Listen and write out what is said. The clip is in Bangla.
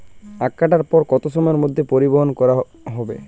আখ কাটার পর কত সময়ের মধ্যে পরিবহন করতে হবে?